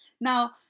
Now